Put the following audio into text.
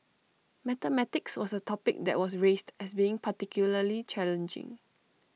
mathematics was A topic that was raised as being particularly challenging